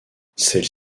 celles